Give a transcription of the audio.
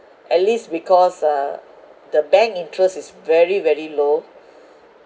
at least because uh the bank interest is very very low